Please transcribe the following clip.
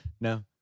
No